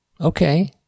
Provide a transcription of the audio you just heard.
Okay